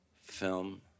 film